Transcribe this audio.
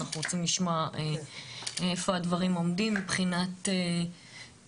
אנחנו רוצים לשמוע איפה הדברים עומדים מבחינת הממשלה,